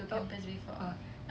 oh oh